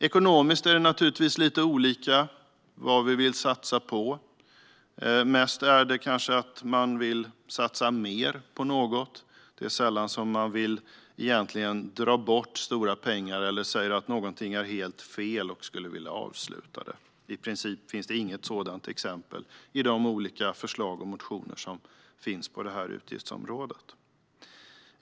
Ekonomiskt är det naturligtvis lite olika vad vi vill satsa på. Mest är det kanske att man vill satsa mer på något. Det är sällan man vill dra bort stora pengar eller säger att någonting är helt fel och att man skulle vilja avsluta det. I princip finns det inget sådant exempel i de olika förslag och motioner som finns på det här utgiftsområdet.